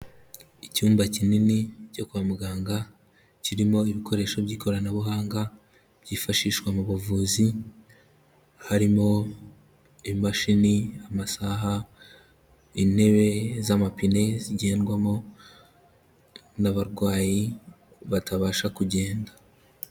Icyumba kinini cyo kwa muganga kirimo ibikoresho by'ikoranabuhanga byifashishwa mu buvuzi, harimo imashini, amasaha, intebe z'amapine zigendwamo n'abarwayi batabasha kugenda.